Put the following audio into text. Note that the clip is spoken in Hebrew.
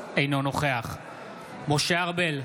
אינו נוכח משה ארבל,